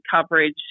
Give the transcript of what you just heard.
coverage